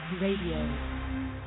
Radio